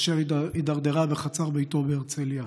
אשר הידרדרה בחצר ביתו בהרצליה.